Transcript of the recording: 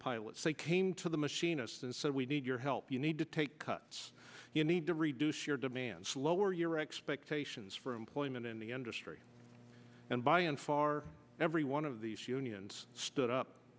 pilots they came to the machinist and said we need your help you need to take cuts you need to reduce your demands lower your expectations for employment in the industry and by and far every one of these unions stood up